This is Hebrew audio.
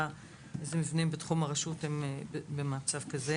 איזה מבנים בתחום הרשות הם מבנים מסוכנים.